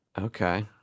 Okay